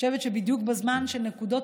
אני חושבת שבדיוק בזמן של נקודות